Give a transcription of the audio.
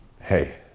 hey